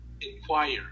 inquire